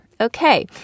okay